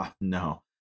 No